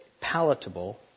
palatable